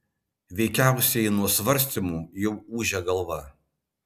veikiausiai nuo svarstymų jau ūžia galva